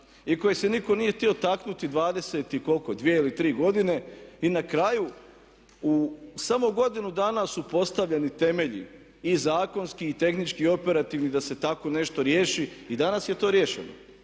u kojoj se nitko nije htio taknuti 20 i koliko, 22 ili 23 godine. I na kraju u samo u godinu dana su postavljeni temelji i zakonski i tehnički i operativni da se tako nešto riješi. I danas je to riješeno.